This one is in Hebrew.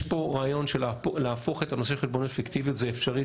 יש פה רעיון של להפוך את הנושא של חשבוניות פיקטיביות זה אפשרי,